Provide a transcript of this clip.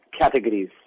categories